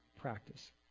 practice